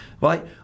right